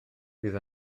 fydd